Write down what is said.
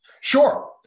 Sure